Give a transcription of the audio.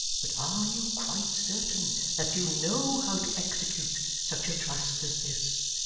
but are you quite certain that you know how to execute such a trust as this?